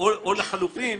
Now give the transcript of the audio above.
או לחלופין,